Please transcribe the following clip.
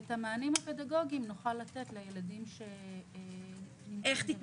ואת המענים הפדגוגיים נוכל לתת לילדים שנמצאים בבידוד.